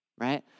right